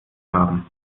haben